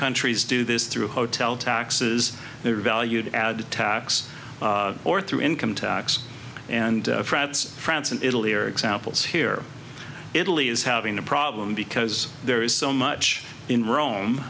countries do this through hotel taxes there are valued added tax or through income tax and france france and italy are examples here italy is having a problem because there is so much in rome